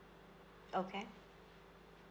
okay